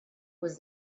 was